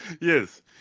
Yes